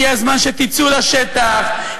הגיע הזמן שתצאו לשטח,